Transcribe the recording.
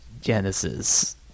Genesis